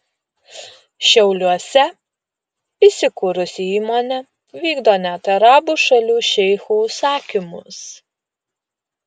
šiauliuose įsikūrusi įmonė vykdo net arabų šalių šeichų užsakymus